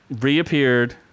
reappeared